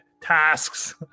tasks